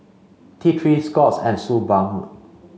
T Three Scott's and Suu balm